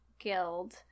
Guild